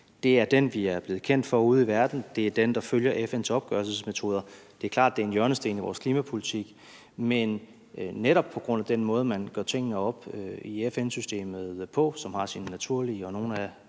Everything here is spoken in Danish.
Det er den, vi er blevet kendt for ude i verden. Det er den, der følger FN's opgørelsesmetoder. Det er klart, at det er en hjørnesten i vores klimapolitik. Men netop på grund af den måde, man gør tingene op på i FN-systemet – det har sine naturlige grunde, og nogle af